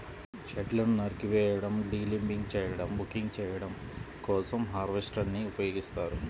చెట్లను నరికివేయడం, డీలింబింగ్ చేయడం, బకింగ్ చేయడం కోసం హార్వెస్టర్ ని ఉపయోగిస్తారు